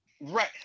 Right